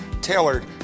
tailored